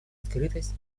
открытость